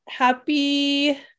Happy